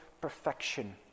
perfection